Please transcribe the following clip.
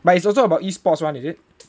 but it's also about e-sports [one] is it